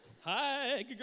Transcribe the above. Hi